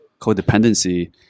codependency